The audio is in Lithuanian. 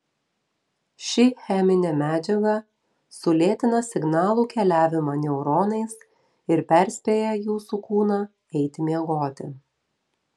ši cheminė medžiaga sulėtina signalų keliavimą neuronais ir perspėja jūsų kūną eiti miegoti